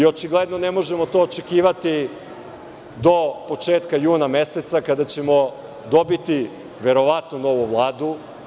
Očigledno to ne možemo očekivati do početka juna meseca, kada ćemo dobiti, verovatno, novu Vladu.